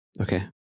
Okay